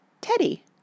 Teddy